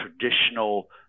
traditional